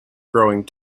growing